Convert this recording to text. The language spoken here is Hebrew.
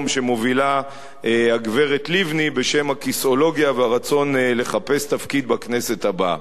שמובילה הגברת לבני בשם הכיסאולוגיה והרצון לחפש תפקיד בכנסת הבאה.